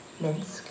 Minsk